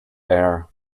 air